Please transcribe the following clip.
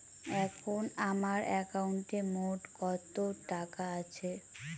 এখন আমার একাউন্টে মোট কত টাকা আছে?